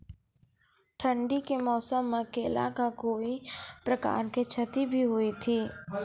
ठंडी के मौसम मे केला का कोई प्रकार के क्षति भी हुई थी?